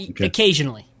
occasionally